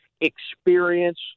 experience